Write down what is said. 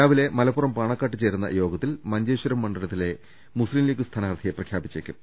രാവിലെ പാണക്കാട്ട് ചേരുന്ന യോഗത്തിൽ മഞ്ചേശ്വരം മണ്ഡലത്തിലെ മുസ്ലിം ലീഗ് സ്ഥാനാർഥിയെ പ്രഖ്യാപിച്ചേക്കും